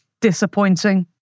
disappointing